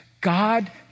God